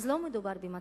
לא מדובר במצב,